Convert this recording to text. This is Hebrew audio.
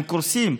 הם קורסים.